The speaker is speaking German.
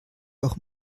auch